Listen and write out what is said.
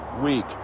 week